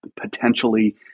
potentially